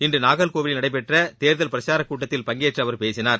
இன்று நாகர்கோவிலில் நடைபெற்ற தேர்தல் பிரச்சாரக் கூட்டத்தில் பங்கேற்று அவர் பேசினார்